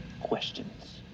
Questions